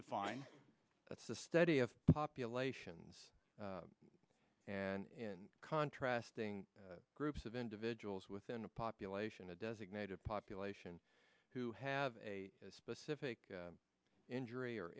define that's a study of populations and in contrast ing groups of individuals within a population a designated population who have a specific injury or